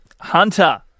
hunter